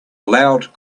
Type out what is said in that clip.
loud